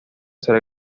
ser